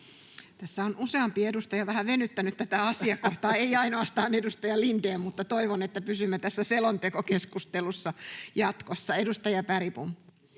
Tässä on useampi edustaja vähän venyttänyt tätä asiakohtaa, ei ainoastaan edustaja Lindén, mutta toivon, että pysymme tässä selontekokeskustelussa jatkossa. — Edustaja Bergbom.